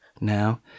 now